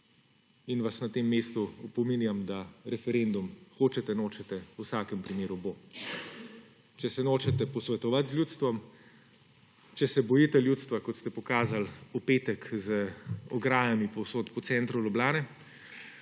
in vas na tem mestu opominjam, da referendum hočete nočete, v vsakem primeru bo. Če se nočete posvetovati z ljudstvom, če se bojite ljudstva, kot ste pokazali v petek z ograjami povsod po centru Ljubljane,